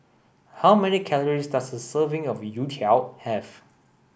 how many calories does a serving of Youtiao have